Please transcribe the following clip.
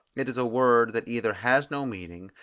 it is a word, that either has no meaning,